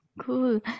Cool